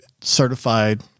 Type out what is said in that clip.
certified